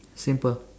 simple